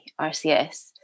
RCS